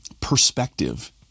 perspective